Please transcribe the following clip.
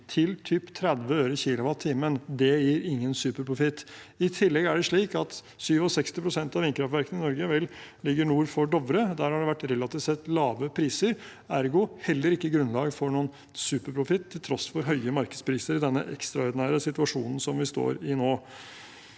kilowattime. Det gir ingen superprofitt. I tillegg er det slik at 67 pst. av vindkraftverkene i Norge vel ligger nord for Dovre. Der har det relativt sett vært lave priser, ergo heller ikke grunnlag for noen superprofitt til tross for høye markedspriser i denne ekstraordinære situasjonen som vi står i nå.